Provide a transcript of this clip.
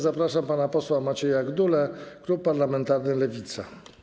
Zapraszam pana posła Macieja Gdulę, klub parlamentarny Lewica.